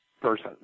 person